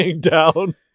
down